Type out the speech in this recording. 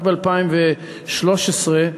רק ב-2013,